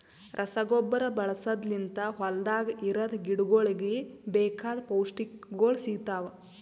ರಸಗೊಬ್ಬರ ಬಳಸದ್ ಲಿಂತ್ ಹೊಲ್ದಾಗ ಇರದ್ ಗಿಡಗೋಳಿಗ್ ಬೇಕಾಗಿದ್ ಪೌಷ್ಟಿಕಗೊಳ್ ಸಿಗ್ತಾವ್